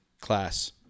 class